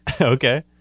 Okay